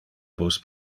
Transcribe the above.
bus